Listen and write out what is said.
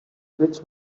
which